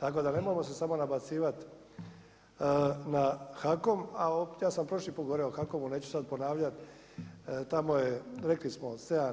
Tako da nemojmo se samo nabacivati na HAKOM, a kad smo prošli put govorio o HAKOM-u neću sad ponavljati, tamo je rekli smo 7